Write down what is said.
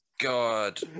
God